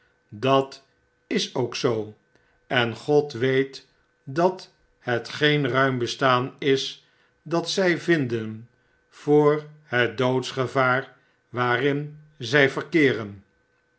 dat is ook zoo en god weet dat het geen ruim bestaan is dat zy vinden voor het doodsgevaar waarin zy verkeeren